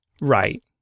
Right